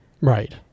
Right